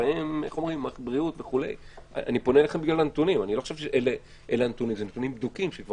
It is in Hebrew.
אלה נתונים בדוקים, כבר